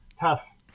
tough